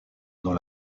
dans